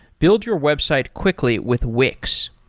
build your website quickly with wix.